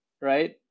right